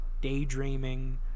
daydreaming